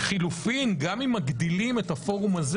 ולחילופין גם אם מגדילים את הפורום הזה,